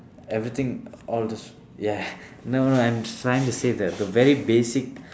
everything all these ya no no I'm trying to say that the very basic